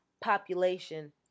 population